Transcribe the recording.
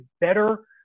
better